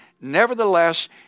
Nevertheless